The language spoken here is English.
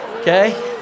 Okay